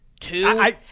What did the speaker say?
Two